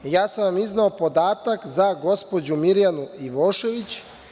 Ja sam vam izneo podatak za gospođu Mirjanu Ivošević.